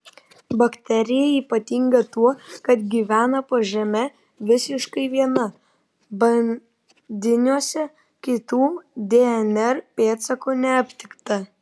bakterija ypatinga tuo kad gyvena po žeme visiškai viena bandiniuose kitų dnr pėdsakų neaptikta